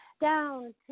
down